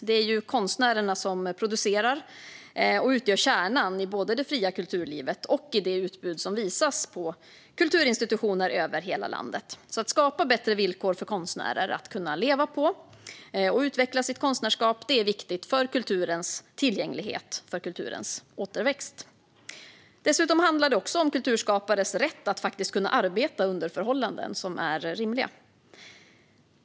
Det som konstnärerna producerar utgör kärnan både i det fria kulturlivet och i det utbud som visas på kulturinstitutioner över hela landet. Att skapa bättre villkor för konstnärer att kunna leva på och utveckla sitt konstnärskap är därför viktigt för kulturens tillgänglighet och återväxt. Dessutom handlar det om kulturskapares rätt att kunna arbeta under förhållanden som är rimliga.